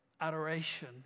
adoration